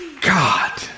God